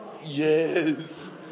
yes